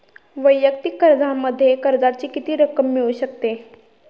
वैयक्तिक कर्जामध्ये कर्जाची किती रक्कम मिळू शकते?